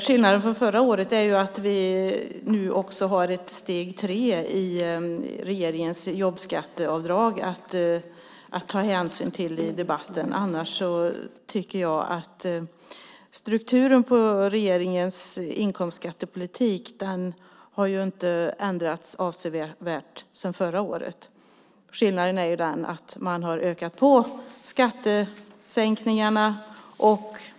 Skillnaden från förra året är att vi nu också har steg 3 i regeringens jobbskatteavdrag att ta hänsyn till i debatten. Annars tycker jag inte att strukturen på regeringens inkomstskattepolitik har ändrats avsevärt sedan förra året. Skillnaden är den att man har ökat på skattesänkningarna.